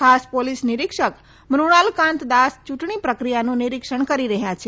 ખાસ પોલીસ નિરીક્ષક મૃણાલ કાંત દાસ ચૂંટણી પ્રક્રિયાનું નિરીક્ષણ કરી રહ્યા છે